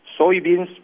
soybeans